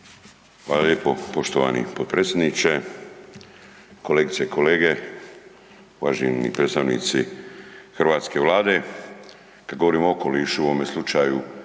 Hvala lijepo poštovani potpredsjedniče, kolegice i kolege, uvaženi predstavnici hrvatske vlade. Kad govorimo o okolišu, u ovome slučaju